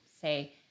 say